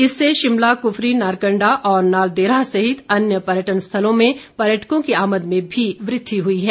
इससे शिमला कुफरी नारकंडा और नालदेहरा सहित अन्य पर्यटन स्थलों में पर्यटकों की आमद में भी बढ़ौतरी हुई है